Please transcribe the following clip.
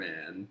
Man